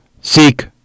seek